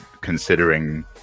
considering